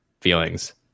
feelings